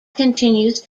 continues